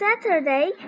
Saturday